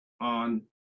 on